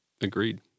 Agreed